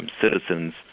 citizens